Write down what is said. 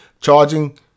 charging